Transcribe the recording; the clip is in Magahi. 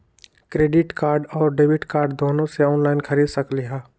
क्रेडिट कार्ड और डेबिट कार्ड दोनों से ऑनलाइन खरीद सकली ह?